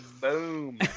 Boom